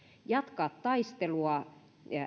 jatkaa taistelua